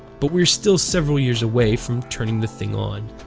but we're still several years away from turning the thing on.